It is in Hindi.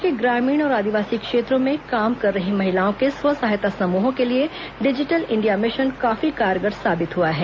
प्रदेश के ग्रामीण और आदिवासी क्षेत्रों में काम काम कर रही महिलाओं के स्व सहायता समूहों के लिए डिजिटल इंडिया मिशन काफी कारगर साबित हुआ है